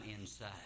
inside